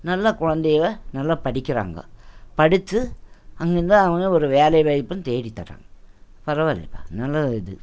நல்ல குழந்தைக நல்லா படிக்கிறாங்க படிச்சி அங்கே இருந்து அவங்களே ஒரு வேலை வாய்ப்பும் தேடி தர்றாங்க பரவாயில்லைப்பா நல்லது இது